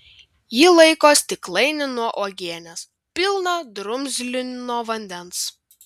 ji laiko stiklainį nuo uogienės pilną drumzlino vandens